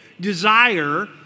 desire